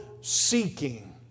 seeking